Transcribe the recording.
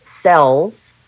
cells